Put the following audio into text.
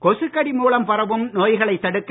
கொசுக்கடி மூலம் பரவும் நோய்களைத் தடுக்க